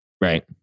Right